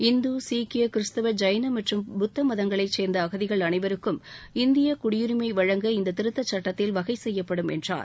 இந்து சீக்கிய கிறிஸ்தவ ஜைன மற்றும் புத்த மதங்களைச் சேர்ந்த அகதிகள் அனைவருக்கும் இந்திய குடியுரிமை வழங்க இந்த திருத்தச் சட்டத்தில் வகை செய்யப்படும் என்றார்